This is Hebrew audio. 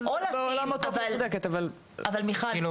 אבל מיכל,